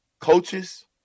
coaches